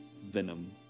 venom